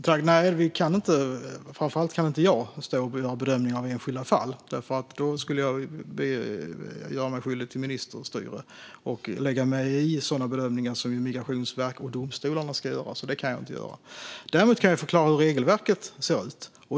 Fru talman! Nej, vi kan inte, framför allt kan inte jag stå och göra bedömningar av enskilda fall. Då skulle jag göra mig skyldig till ministerstyre och lägga mig i sådana bedömningar som Migrationsverket och domstolarna ska göra. Det kan jag inte göra. Däremot kan jag förklara hur regelverket ser ut.